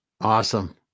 Awesome